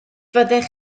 fyddech